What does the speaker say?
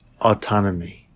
autonomy